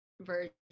version